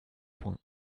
points